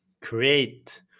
create